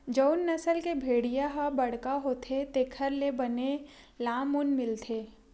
जउन नसल के भेड़िया ह बड़का होथे तेखर ले बने लाम ऊन मिलथे